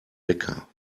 wecker